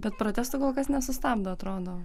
bet protesto kol kas nesustabdo atrodo